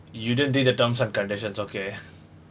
you didn't read the terms and conditions okay